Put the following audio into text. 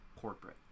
corporate